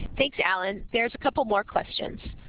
thanks, allen. there's a couple more questions.